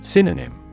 Synonym